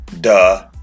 duh